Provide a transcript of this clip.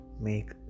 make